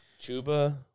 Chuba